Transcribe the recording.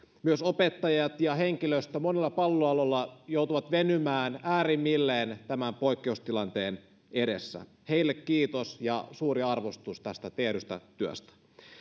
myös opettajat ja henkilöstö monella palvelualalla joutuvat venymään äärimmilleen tämän poikkeustilanteen edessä heille kiitos ja suuri arvostus tästä tehdystä työstä